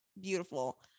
beautiful